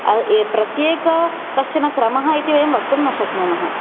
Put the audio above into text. प्रत्येक कश्चन क्रमः इति वयं वक्तुं न शक्नुमः